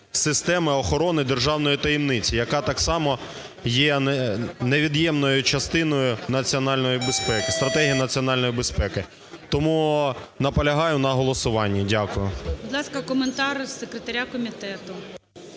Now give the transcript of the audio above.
"системи охорони державної таємниці", яка так само є невід'ємною частиною національної безпеки, стратегії національної безпеки. Тому наполягаю на голосуванні. Дякую. ГОЛОВУЮЧИЙ. Будь ласка, коментар секретаря комітету.